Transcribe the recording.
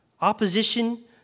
Opposition